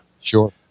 Sure